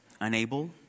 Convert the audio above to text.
unable